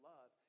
Love